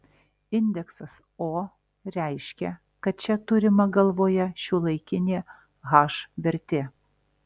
indeksas o reiškia kad čia turima galvoje šiuolaikinė h vertė